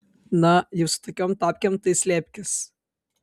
na jau su tokiom tapkėm tai slėpkis